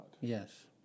Yes